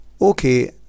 Okay